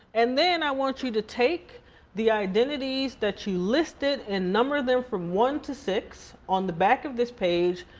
and then i want you to take the identities that you listed and number them from one to six on the back of this page.